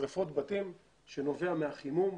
שריפות בתים שנובעות מהחימום.